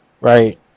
right